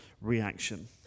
reaction